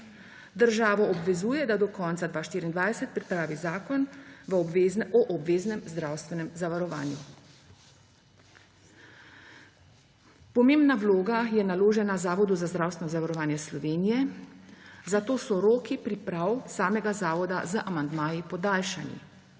Državo obvezuje, da do konca 2024 pripravi zakon o obveznem zdravstvenem zavarovanju. Pomembna vloga je naložena Zavodu za zdravstveno zavarovanje Slovenije, zato so roki priprav samega zavoda z amandmaji podaljšani.